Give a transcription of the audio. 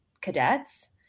cadets